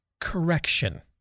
correction